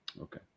Okay